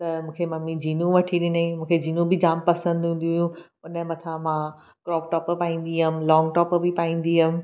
त मूंखे ममी जीनियूं वठी ॾिनाईं मूंखे जीनियूं बि जामु पसंदि हूंदी हूयूं उन जे मथां मां क्रौप टोप पाईंदी हुअमि लौंग टोप बि पाईंदी हुअमि